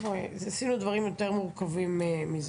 --- עשינו דברים יותר מורכבים מזה.